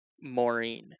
Maureen